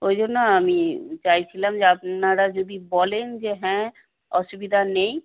ওই জন্য আমি চাইছিলাম যে আপনারা যদি বলেন যে হ্যাঁ অসুবিধা নেই